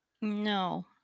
No